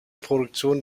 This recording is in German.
produktion